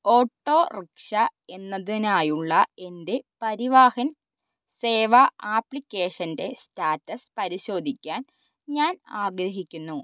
autorickshaw എന്നതിനായുള്ള എൻ്റെ പരിവാഹൻ സേവാ ആപ്ലിക്കേഷൻ്റെ സ്റ്റാറ്റസ് പരിശോധിക്കാൻ ഞാൻ ആഗ്രഹിക്കുന്നു